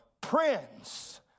Prince